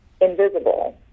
invisible